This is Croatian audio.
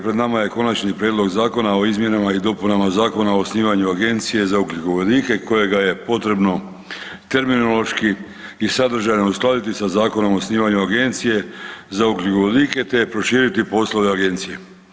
Pred nama je Konačni prijedlog zakona o izmjenama i dopunama Zakona o osnivanju Agencije za ugljikovodike kojega je potrebno terminološki i sadržajno uskladiti sa Zakonom o osnivanju Agencije za ugljikovodike te prošiti poslove Agencije.